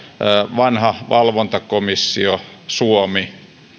vanha valvontakomissio suomi